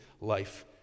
life